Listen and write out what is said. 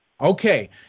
Okay